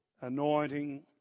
anointing